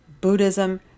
Buddhism